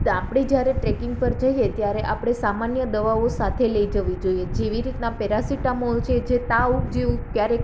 તે આપણે જ્યારે ટ્રેકિંગ પર જઈએ ત્યારે આપણે સામાન્ય દવાઓ સાથે લઈ જવી જોઈએ જેવી રીતના પેરાસીટામોલ છે જે તાવ જેવું ક્યારેક